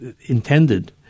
intended